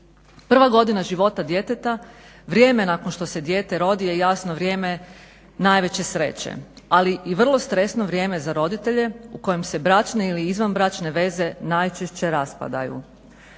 Prva godina života djeteta, vrijeme nakon što se dijete rodi je jasno vrijeme najveće sreće ali i vrlo stresno vrijeme za roditelje u kojem se bračne ili izvanbračne najčešće raspadaju.